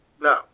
No